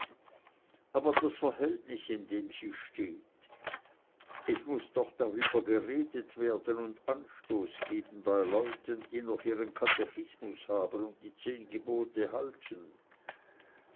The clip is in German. aber das verhältnis in dem sie steht es muß doch darüber geredet werden und anstoß geben bei leuten die noch ihren katechismus haben und die zehn gebote halten